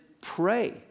pray